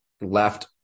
left